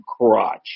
crotch